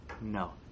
No